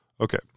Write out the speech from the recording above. Okay